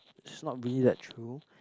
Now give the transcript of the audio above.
it's not really like true